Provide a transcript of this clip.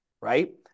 right